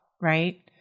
Right